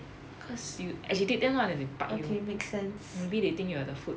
cause you agitate them lah then they bite you maybe they think you are the food